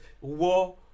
war